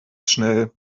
schnell